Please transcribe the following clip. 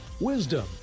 Wisdom